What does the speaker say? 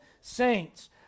saints